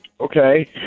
okay